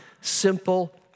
simple